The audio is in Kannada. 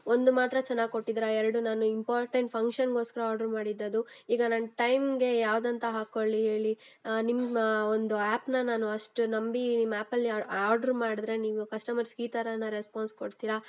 ಒಂದು ಮಾತ್ರ ಚೆನ್ನಾಗಿ ಕೊಟ್ಟಿದ್ದೀರ ಎರಡು ನಾನು ಇಂಪಾರ್ಟೆಂಟ್ ಫಂಕ್ಷನ್ಗೋಸ್ಕರ ಆರ್ಡ್ರ್ ಮಾಡಿದ್ದು ಅದು ಈಗ ನಾನು ಟೈಮ್ಗೆ ಯಾವ್ದು ಅಂತ ಹಾಕ್ಕೊಳ್ಲಿ ಹೇಳಿ ನಿಮ್ಮ ಒಂದು ಆ್ಯಪನ್ನ ನಾನು ಅಷ್ಟು ನಂಬಿ ನಿಮ್ಮ ಆ್ಯಪಲ್ಲಿ ಆಡ್ರು ಮಾಡಿದ್ರೆ ನೀವು ಕಸ್ಟಮರ್ಸ್ಗೆ ಈ ಥರನಾ ರೆಸ್ಪಾನ್ಸ್ ಕೊಡ್ತೀರಾ